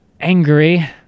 angry